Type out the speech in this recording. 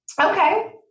Okay